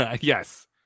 Yes